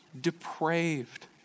depraved